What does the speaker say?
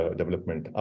development